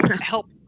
help